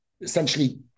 essentially